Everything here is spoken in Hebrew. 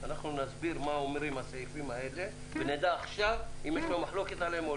אנחנו נסביר מה אומרים הסעיפים ונדע עכשיו אם יש מחלוקת לגביהם.